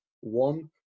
One